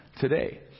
today